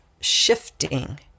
shifting